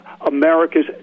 America's